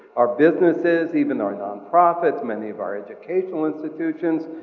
our businesses, even our non-profits, many of our education institutions,